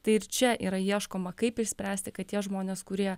tai ir čia yra ieškoma kaip išspręsti kad tie žmonės kurie